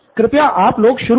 कृपया आप लोग शुरू करे